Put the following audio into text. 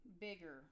bigger